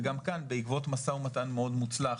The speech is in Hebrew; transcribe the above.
וגם כאן בעקבות משא ומתן מאוד מוצלח